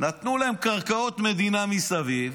נתנו להם קרקעות מדינה מסביב.